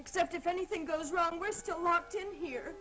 except if anything goes wrong we're still